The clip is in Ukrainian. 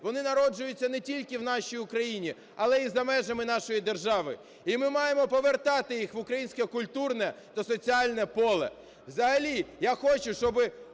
вони народжуються не тільки в нашій Україні, але і за межами нашої держави, і ми маємо повертати їх в українське культурне та соціальне поле.